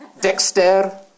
Dexter